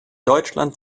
deutschland